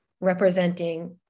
representing